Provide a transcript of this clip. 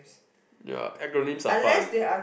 ya acronyms are fun